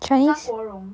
zhang guo rong